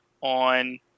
on